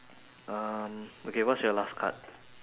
um okay what's your last card